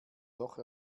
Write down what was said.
doch